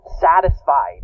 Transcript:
satisfied